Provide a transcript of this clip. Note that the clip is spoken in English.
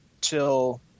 till